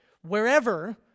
Wherever